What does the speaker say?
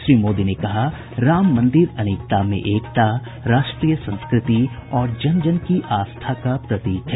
श्री मोदी ने कहा राम मंदिर अनेकता में एकता राष्ट्रीय संस्कृति और जन जन की आस्था का प्रतीक है